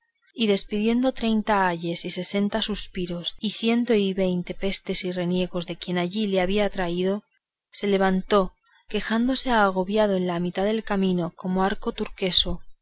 y despidiendo treinta ayes y sesenta sospiros y ciento y veinte pésetes y reniegos de quien allí le había traído se levantó quedándose agobiado en la mitad del camino como arco turquesco